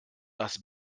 dass